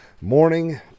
morning